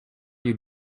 you